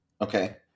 Okay